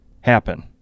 happen